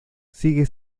sigue